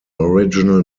original